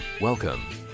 Welcome